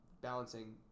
balancing